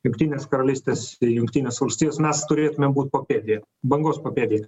jungtinės karalystės ir jungtinės valstijos mes turėtumėm būt papėdėje bangos papėdėje